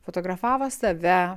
fotografavo save